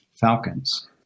falcons